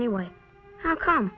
anyway how come